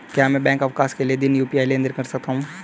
क्या मैं बैंक अवकाश के दिन यू.पी.आई लेनदेन कर सकता हूँ?